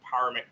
empowerment